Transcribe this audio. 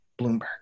Bloomberg